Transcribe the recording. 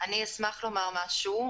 אני אשמח לומר משהו.